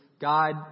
God